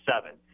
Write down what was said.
seven